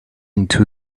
into